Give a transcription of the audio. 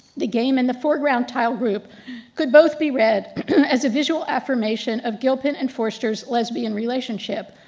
the game in the foreground tile group could both be read as a visual affirmation of gilpin and forster's lesbian relationship,